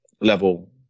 level